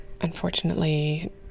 unfortunately